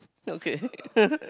okay